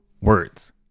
words